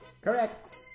Correct